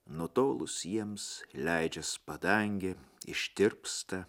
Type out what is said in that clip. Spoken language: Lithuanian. nutolus jiems leidžias padangė ištirpsta